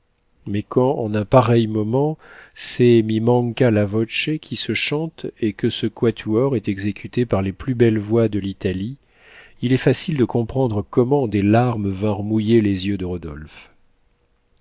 mais quand en un pareil moment c'est mi manca la voce qui se chante et que ce quatuor est exécuté par les plus belles voix de l'italie il est facile de comprendre comment des larmes vinrent mouiller les yeux de rodolphe